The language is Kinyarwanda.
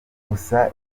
gusa